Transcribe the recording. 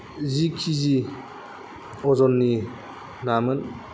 जि केजि अजननि नामोन